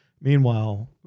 Meanwhile